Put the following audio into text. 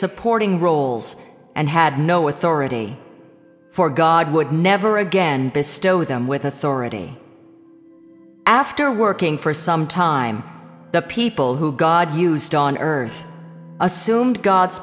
supporting roles and had no authority for god would never again bestow them with authority after working for some time the people who god used on earth assumed god's